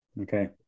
Okay